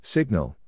Signal